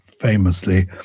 famously